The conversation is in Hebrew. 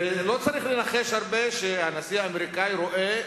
ולא צריך לנחש הרבה, שהנשיא האמריקני רואה